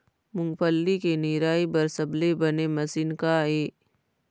मूंगफली के निराई बर सबले बने मशीन का ये?